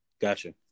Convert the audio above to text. Gotcha